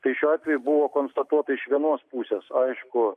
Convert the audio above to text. tai šiuo atveju buvo konstatuota iš vienos pusės aišku